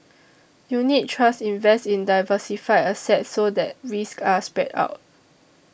unit trusts invest in diversified assets so that risks are spread out